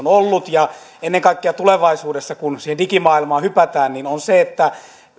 on ollut ja on ennen kaikkea tulevaisuudessa kun siihen digimaailmaan hypätään se että alueellisesti